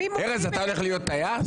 ארז, אתה הולך להיות טייס?